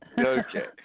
Okay